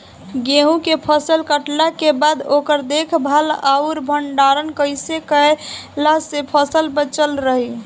गेंहू के फसल कटला के बाद ओकर देखभाल आउर भंडारण कइसे कैला से फसल बाचल रही?